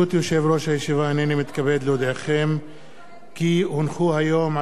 הנני מתכבד להודיעכם כי הונחו היום על שולחן הכנסת,